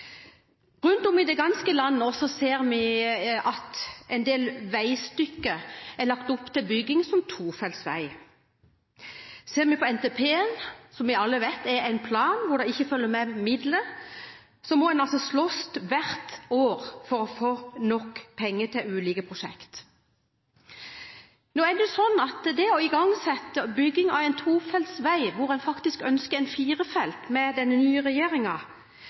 Rundt om i det ganske land ser vi at en del veistykker er lagt opp til bygging som tofeltsvei. Ser vi på NTP, som vi alle vet er en plan hvor det ikke følger med midler, må man altså slåss hvert år for å få nok penger til ulike prosjekt. Nå er det slik at det å igangsette bygging av en tofeltsvei der den nye regjeringen faktisk ønsker en